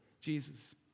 Jesus